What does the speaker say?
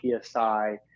PSI